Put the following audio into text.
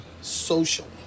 social